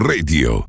Radio